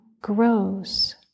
grows